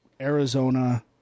Arizona